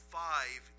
five